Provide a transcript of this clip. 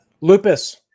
Lupus